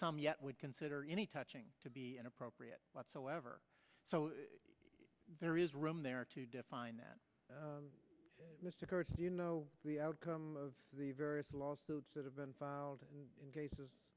some yet would consider any touching to be inappropriate whatsoever so there is room there to define that do you know the outcome of the various lawsuits that have been filed in cases